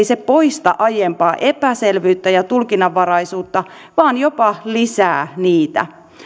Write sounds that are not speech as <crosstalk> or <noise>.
<unintelligible> se ei poista aiempaa epäselvyyttä ja tulkinnanvaraisuutta vaan jopa lisää niitä